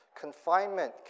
Confinement